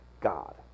God